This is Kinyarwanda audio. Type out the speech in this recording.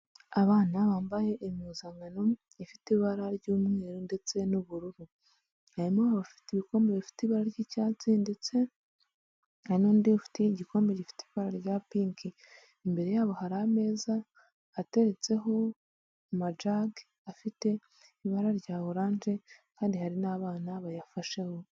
Abana bambaye impuzankano ifite ibara ry'umweru ndetse n'ubururu, harimo abafite ibikombe bifite ibara ry'icyatsi ndetse hari n'undi ufite igikombe gifite ibara rya pinki, imbere yabo hari ameza ateretseho amajagi afite ibara rya oranje kandi hari n'abana bayafasheho.